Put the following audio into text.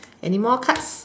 anymore cards